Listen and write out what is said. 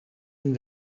een